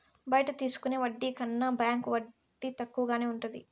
బయట తీసుకునే వడ్డీల కన్నా బ్యాంకు వడ్డీ తక్కువగానే ఉంటది